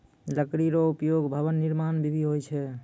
लकड़ी रो उपयोग भवन निर्माण म भी होय छै